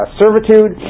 servitude